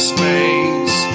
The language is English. Space